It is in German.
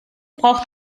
braucht